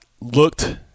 looked